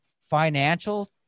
financial